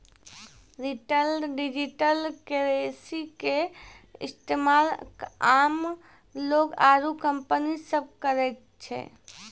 retail digital currency के इस्तेमाल आम लोग आरू कंपनी सब करै छै